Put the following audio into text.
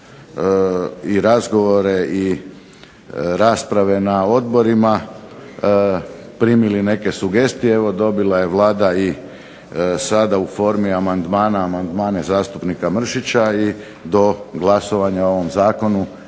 razgovore i rasprave na odborima primili neke sugestije, dobila je Vlada sada u formi amandmane, amandmane zastupnika Mršića i do glasovanja o ovom zakonu